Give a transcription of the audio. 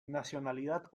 nacionalidad